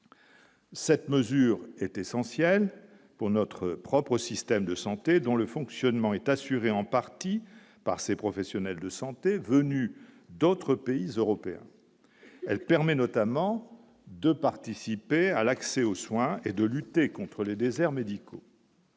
cette mesure est essentielle pour notre propre système de santé dont le fonctionnement est assuré en partie par ces professionnels de santé venus d'autres pays européens, elle permet notamment de participer à l'accès aux soins et de lutter contre les déserts médicaux.